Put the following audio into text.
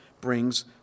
brings